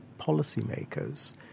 policymakers